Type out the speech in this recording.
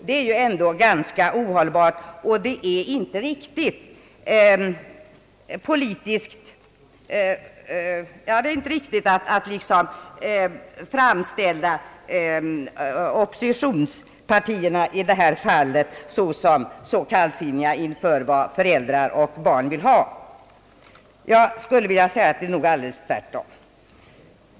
Det är ohållbart och oriktigt att framställa oppositionspartierna som kallsinniga inför vad föräldrar och barn vill ha. I själva verket är det alldeles tvärtom.